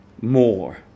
more